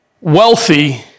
wealthy